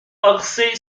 parçay